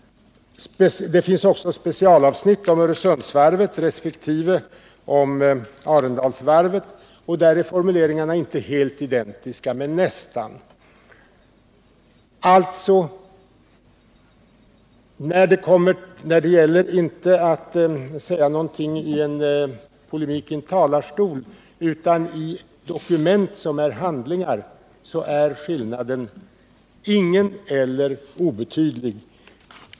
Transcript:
Det finns också specialavsnitt om Öresundsvarvet resp. Arendalsvarvet. Där är formuleringarna inte helt identiska, men nästan. Om vi alltså bortser från vad man säger i en polemik i talarstolen och ser på dokumenten, är skillnaden ingen eller obetydlig.